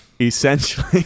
essentially